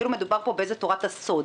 כאילו מדובר פה באיזה תורת הסוד.